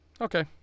Okay